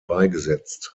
beigesetzt